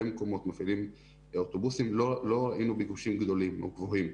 מקומות מפעילים אוטובוסים לא ראינו ביקושים גדולים או גבוהים.